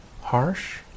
harsh